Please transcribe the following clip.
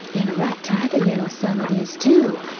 an' a right tidy little sum it is, too.